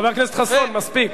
חבר הכנסת חסון, מספיק.